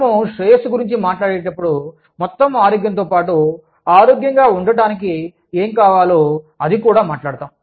మనము శ్రేయస్సు గురించి మాట్లాడేటప్పుడు మొత్తం ఆరోగ్యంతో పాటు ఆరోగ్యంగా ఉండటానికి ఏం కావాలో అది కూడా మాట్లాడతాం